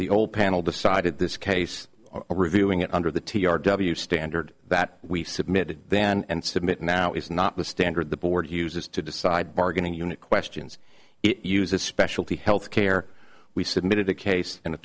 the old panel decided this case or reviewing it under the t r w standard that we submitted then and submit now is not the standard the board uses to decide bargaining unit questions it uses specialty healthcare we submitted a case in a